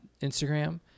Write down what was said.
Instagram